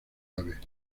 aves